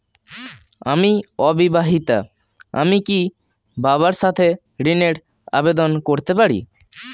আমি অবিবাহিতা আমি কি বাবার সাথে ঋণের আবেদন করতে পারি?